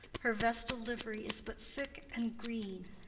her vestal livery is but sick and green,